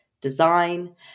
design